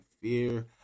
fear